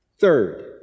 Third